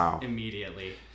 immediately